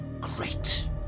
great